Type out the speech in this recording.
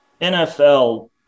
NFL